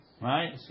Right